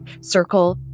circle